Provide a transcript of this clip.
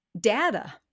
data